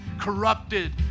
corrupted